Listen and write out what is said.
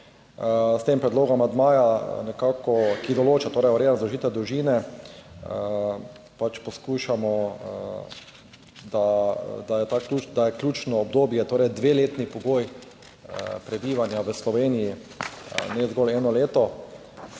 S tem predlogom amandmaja nekako, ki določa, torej ureja združitev družine, pač poskušamo, da je ta, da je ključno obdobje, torej dveletni pogoj prebivanja v Sloveniji, ne zgolj eno leto,